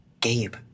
Gabe